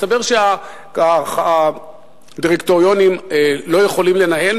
מסתבר שהדירקטוריונים לא יכולים לנהל,